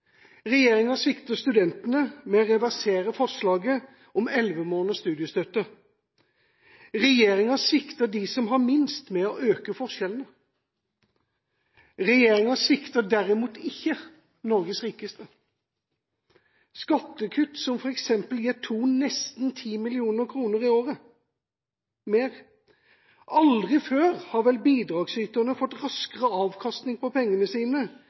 Regjeringa svikter studentene med å reversere forslaget om elleve måneders studiestøtte. Regjeringa svikter dem som har minst med å øke forskjellene. Regjeringa svikter derimot ikke Norges rikeste. Skattekutt som f.eks. gir Thon nesten 10 mill. kr mer i året – aldri før har vel bidragsyterne fått raskere avkastning på pengene sine